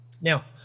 Now